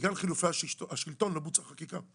בגלל חילופי השלטון לא בוצעה חקיקה.